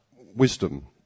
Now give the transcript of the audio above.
wisdom